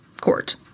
court